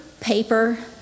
paper